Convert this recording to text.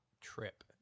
trip